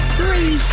three